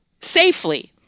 safely